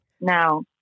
now